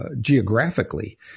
geographically